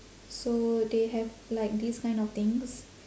so they have like these kind of things